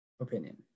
opinion